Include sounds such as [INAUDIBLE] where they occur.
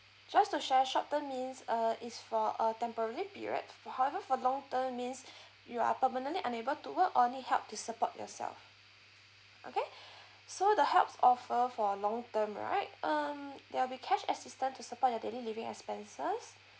just to share short term means err is for uh temporary period however for long term means [BREATH] you are permanently unable to work or need help to support yourself okay [BREATH] so the helps offer for long term right um there'll be cash assistance to support your daily living expenses